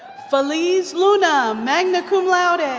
feliz luna, magna cum laude. and